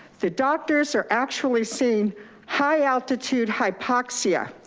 the doctors are actually seeing high altitude hypoxia.